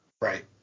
right